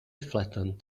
flattened